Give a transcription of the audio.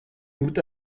mit